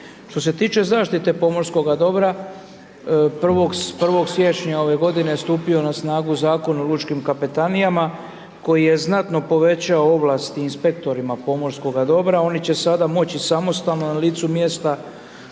Što se tiče zaštite pomorskoga dobra, 1. siječnja ove godine stupio je na snagu Zakon o lučkim kapetanijama koji je znatno povećao ovlasti inspektorima pomorskoga dobra, oni će sada moći samostalno, na licu mjesta